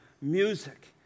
music